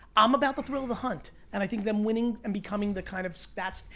i'm about the thrill of the hunt. and i think them winning and becoming the kind of, that's,